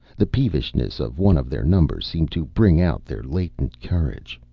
the peevishness of one of their number seemed to bring out their latent courage.